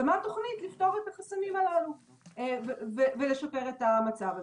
ומה התוכנית לפתור את החסמים הללו ולשפר את המצב הזה.